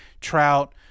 Trout